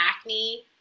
acne